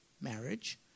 marriage